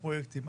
בפרויקטים.